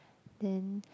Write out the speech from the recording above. then